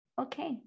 okay